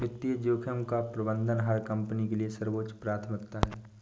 वित्तीय जोखिम का प्रबंधन हर कंपनी के लिए सर्वोच्च प्राथमिकता है